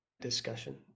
discussion